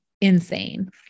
insane